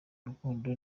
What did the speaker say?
urukundo